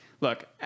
look